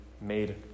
made